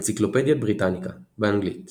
אנציקלופדיית בריטניקה באנגלית